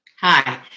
Hi